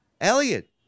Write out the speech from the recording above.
elliot